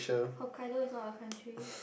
Hokkaido is not a country